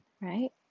right